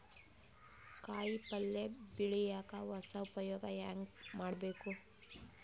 ಕಾಯಿ ಪಲ್ಯ ಬೆಳಿಯಕ ಹೊಸ ಉಪಯೊಗ ಹೆಂಗ ಮಾಡಬೇಕು?